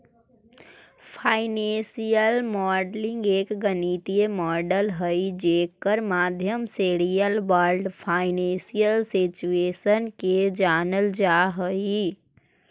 financial modelling एक गणितीय model हई जेकर माध्यम से रियल वर्ल्ड फाइनेंशियल सिचुएशन के जानल जा हई